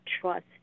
trust